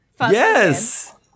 yes